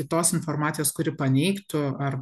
kitos informacijos kuri paneigtų ar